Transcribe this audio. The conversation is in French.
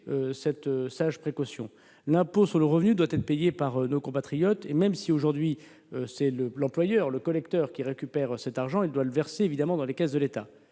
cette sage précaution. L'impôt sur le revenu doit être payé par nos compatriotes. Même si, aujourd'hui, c'est l'employeur, le collecteur, qui récupère cet argent, il n'en doit pas moins le reverser dans les caisses de l'État.